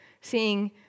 seeing